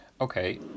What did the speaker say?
Okay